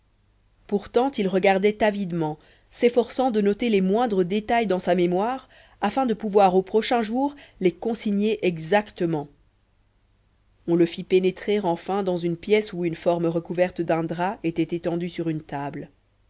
pourtant il regardait avidement s'efforçant de noter les moindres détails dans sa mémoire afin de pouvoir au prochain jour les consigner exactement on le fit pénétrer enfin dans une pièce où une forme recouverte d'un drap était étendue sur une table